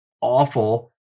awful